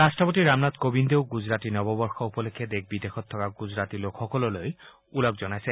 ৰাট্টপতি ৰামনাথ কোবিন্দেও গুজৰাটী নৱবৰ্ষ উপলক্ষে দেশ বিদেশত থকা গুজৰাটী লোকসকললৈ ওঁলগ জনাইছে